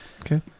Okay